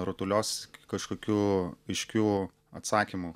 rutuliosis kažkokiu aiškiu atsakymu